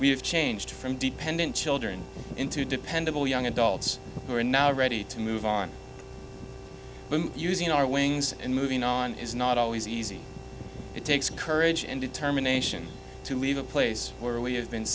have changed from dependent children into dependable young adults who are now ready to move on using our wings and moving on is not always easy it takes courage and determination to leave a place where we have been